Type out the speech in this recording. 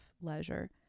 leisure